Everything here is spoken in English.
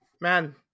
man